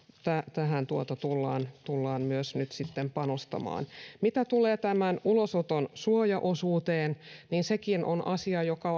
tähän tullaan tullaan myös nyt sitten panostamaan mitä tulee ulosoton suojaosuuteen niin sekin on asia joka